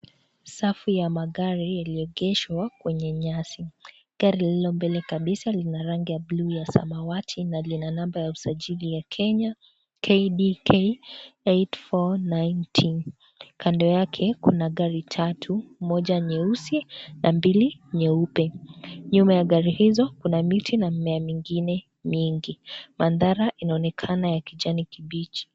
Safu ya magari yaliyoegeshwa kwenye nyasi. Gari lililo mbele kabisa lina rangi ya buluu ya samawati. Kando yake kuna gari tatu, moja nyeusi na mbili nyeupe. Nyuma ya gari hizo kuna miti na mimea mingine mingi. Mandhari inaonekana ya kijani kibichi.